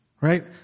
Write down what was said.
right